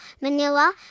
Manila